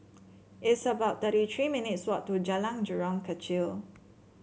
it's about thirty three minutes' walk to Jalan Jurong Kechil